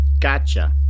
Gotcha